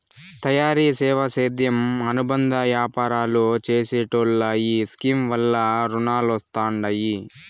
తయారీ, సేవా, సేద్యం అనుబంద యాపారాలు చేసెటోల్లో ఈ స్కీమ్ వల్ల రునాలొస్తండాయి